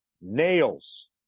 nails